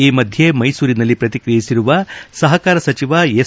ಈ ಮಧ್ಯೆ ಮೈಸೂರಿನಲ್ಲಿ ಪ್ರತಿಕ್ರಿಯಿಸಿರುವ ಸಹಕಾರ ಸಚಿವ ಎಸ್